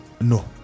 No